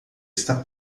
está